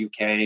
UK